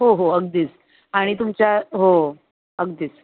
हो हो अगदीच आणि तुमच्या हो अगदीच